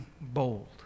bold